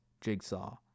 Jigsaw